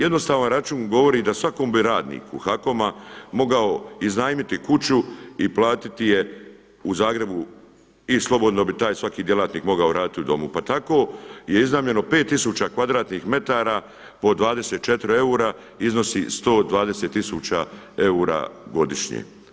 Jednostavan račun govori da svakom bi radniku HAKOM-a mogao iznajmiti kuću i platiti je u Zagrebu i slobodno bi taj svaki djelatnik mogao raditi u domu, pa tako je iznajmljeno 5000 kvadratnih metara po 24 eura iznosi 120000 eura godišnje.